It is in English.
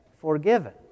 forgiven